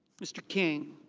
mr. king.